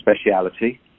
speciality